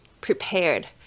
prepared